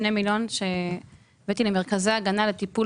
2 מיליון ש"ח שהבאתי למרכזי הגנה לטיפול